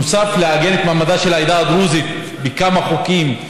נוסף על עיגון מעמדה של העדה הדרוזית בכמה חוקים,